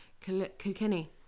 kilkenny